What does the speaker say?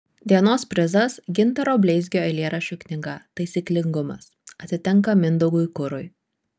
dienos prizas gintaro bleizgio eilėraščių knyga taisyklingumas atitenka mindaugui kurui